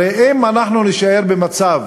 הרי אם נישאר במצב